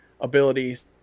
abilities